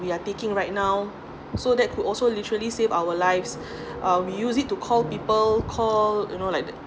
we are taking right now so that could also literally save our lives uh we use it to call people call you know like that